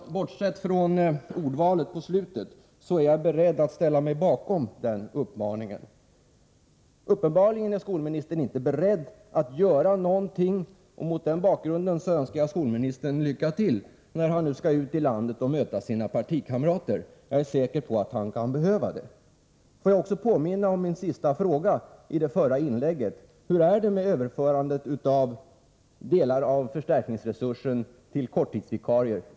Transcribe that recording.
Bortsett från ordvalet på slutet är jag beredd att ställa mig bakom denna uppmaning. Skolministern är uppenbarligen inte beredd att göra någonting, och mot den bakgrunden önskar jag skolministern lycka till när han nu skall ut i landet och möta sina partikamrater — jag är säker på att han kan behöva det. Får jag också påminna om min sista fråga i det förra inlägget: Hur är det med överförandet av delar av förstärkningsresursen till korttidsvikarier?